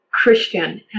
Christian